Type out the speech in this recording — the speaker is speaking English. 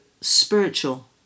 spiritual